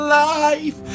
life